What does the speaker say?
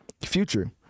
Future